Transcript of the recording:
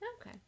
Okay